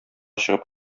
чыгып